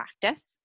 practice